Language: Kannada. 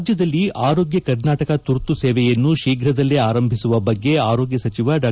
ರಾಜ್ಯದಲ್ಲಿ ಆರೋಗ್ಯ ಕರ್ನಾಟಕ ತುರ್ತು ಸೇವೆಯನ್ನು ಶೀಫ್ರದಲ್ಲೇ ಆರಂಭಿಸುವ ಬಗ್ಗೆ ಆರೋಗ್ಯ ಸಚಿವ ಡಾ